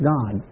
God